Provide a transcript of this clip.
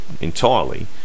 entirely